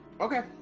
Okay